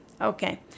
Okay